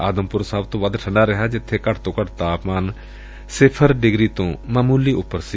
ਆਦਮਪੁਰ ਸਭ ਤੋਂ ਵੱਧ ਠੰਢਾ ਰਿਹਾ ਜਿੱਬੇ ਘੱਟ ਤੋਂ ਘੱਟ ਤਾਪਮਾਨ ਸਿਫ਼ਰ ਡਿਗਰੀ ਤੋਂ ਮਾਖੁਲੀ ਉਪਰ ਸੀ